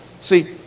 see